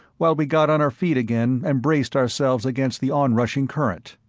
while we got on our feet again and braced ourselves against the onrushing current.